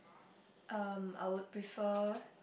um I would prefer